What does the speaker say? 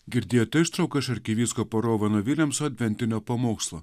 girdėjote ištrauką iš arkivyskupo rovano viljamso adventinio pamokslo